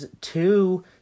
two